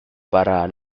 para